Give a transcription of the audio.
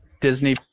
Disney